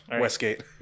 westgate